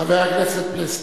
חבר הכנסת פלסנר.